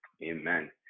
Amen